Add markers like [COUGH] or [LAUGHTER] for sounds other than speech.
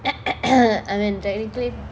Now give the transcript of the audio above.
[COUGHS] I mean technically